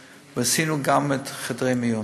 עשינו גם את חדרי המיון